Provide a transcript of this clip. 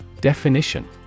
Definition